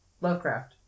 Lovecraft